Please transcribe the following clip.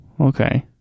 Okay